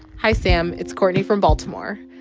hi sam. it's courtney from baltimore.